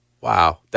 Wow